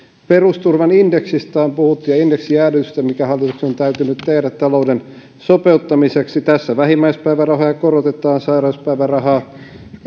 perusturvan indeksistä on puhuttu ja sen indeksijäädytyksestä mikä hallituksen on täytynyt tehdä talouden sopeuttamiseksi tässä vähimmäispäivärahoja korotetaan sairauspäivärahaa